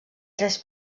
tres